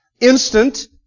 Instant